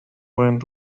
went